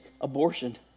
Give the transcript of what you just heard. abortion